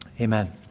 Amen